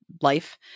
life